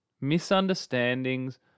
misunderstandings